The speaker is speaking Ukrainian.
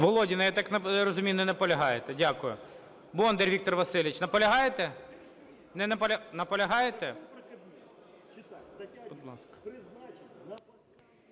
Володіна, я так розумію, не наполягаєте? Дякую. Бондар Віктор Васильович, наполягаєте? Наполягаєте?